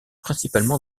principalement